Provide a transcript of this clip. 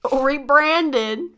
Rebranded